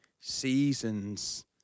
seasons